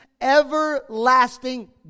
everlasting